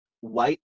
white